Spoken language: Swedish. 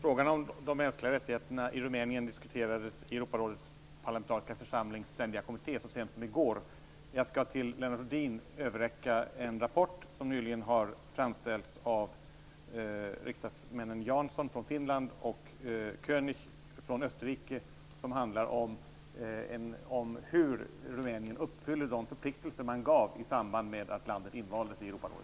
Frågan om de mänskliga rättigheterna i Rumänien diskuterades i Europarådets parlamentariska församlings ständiga kommitté så sent som i går. Jag skall till Lennart Rohdin överräcka en rapport som nyligen har framställts av riksdagsmännen Jansson från Finland och König från Österrike. Den handlar om hur Rumänien uppfyller de förpliktelser man gav i samband med att landet invaldes i Europarådet.